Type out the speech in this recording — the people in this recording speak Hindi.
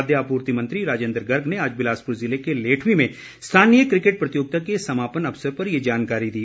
खाद्य आपूर्ति मंत्री राजेन्द्र गर्ग ने आज बिलासपूर जिले के लेठवीं में स्थानीय क्रिकेट प्रतियोगिता के समापन अवसर पर यह जानकारी दी